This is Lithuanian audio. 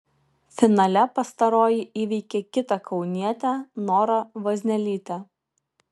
finale pastaroji įveikė kitą kaunietę norą vaznelytę